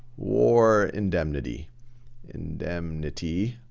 war indemnity indemnity